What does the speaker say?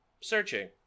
Searching